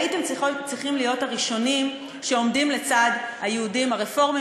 הייתם צריכים להיות הראשונים שעומדים לצד היהודים הרפורמים